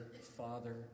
father